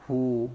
who